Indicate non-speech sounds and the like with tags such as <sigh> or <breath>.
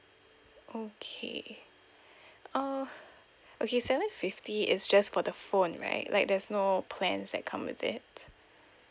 okay <breath> uh okay seven fifty is just for the phone right like there's no plans that come with it